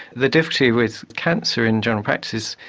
the difficulty with cancer in general practice,